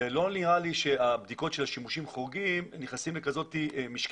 ולא נראה לי שהבדיקות של השימושים החורגים נכנסים לכזאת משקפת.